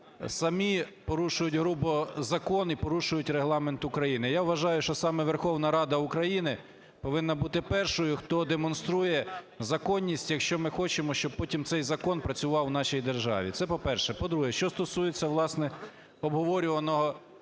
самі порушують грубо закон і порушують Регламент України. Я вважаю, що саме Верховна Рада України повинна бути першою, хто демонструє законність, якщо ми хочемо, щоб потім цей закон працював в нашій державі, це по-перше. По-друге, що стосується, власне, обговорюваного